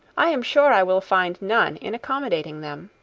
i am sure i will find none in accommodating them.